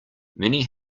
many